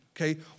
Okay